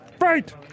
Right